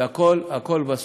והכול הכול,